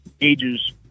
ages